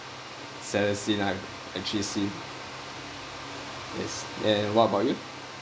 saddest scene I've actually seen yes and what about you